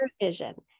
vision